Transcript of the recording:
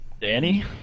Danny